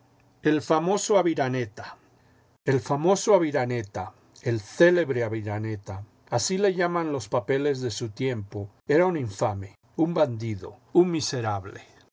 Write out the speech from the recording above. el famoso aviraneta el famoso avinareta el célebre aviraneta así le llaman los papeles de su tiempo era un infame un bandido un miserable